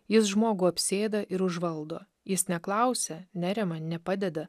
jis žmogų apsėda ir užvaldo jis neklausia nerema nepadeda